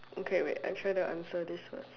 okay wait I try to answer this first